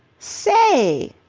say!